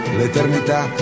l'eternità